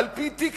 על-פי טיקים.